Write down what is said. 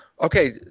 okay